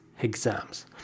Exams